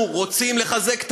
אנחנו רוצים לחזק את